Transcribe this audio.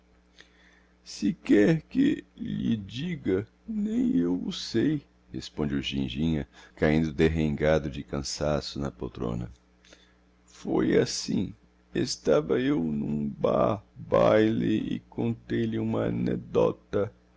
se quer que lhe diga nem eu o sei responde o ginjinha caindo derrengado de cansaço na poltrona foi assim estava eu n'um ba baile e contei-lhe uma anecdóta